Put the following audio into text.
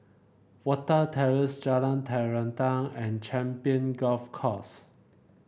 Watten Terrace Jalan Terentang and Champion Golf Course